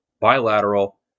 bilateral